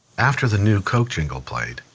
after the new coke jingle played,